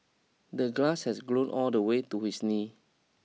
the glass had grown all the way to his knee